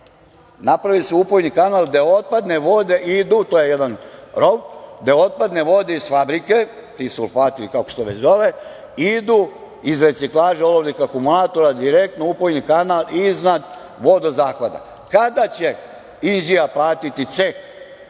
idu, to je jedan rov, gde otpadne vode iz fabrike, ti sulfati, kako se to već zove, idu iz reciklaže olovnih akumulatora direktno u upojni kanal iznad vodozahvata. Kada će Inđija platiti ceh